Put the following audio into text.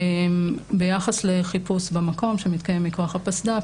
ביחס לחיפוש במקום שמתקיים מכוח הפסד"פ